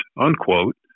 unquote